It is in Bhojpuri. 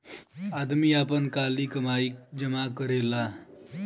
आदमी आपन काली कमाई जमा करेला